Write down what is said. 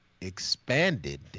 expanded